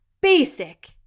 basic